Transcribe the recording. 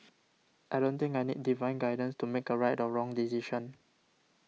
I don't think I need divine guidance to make a right or wrong decision